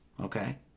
Okay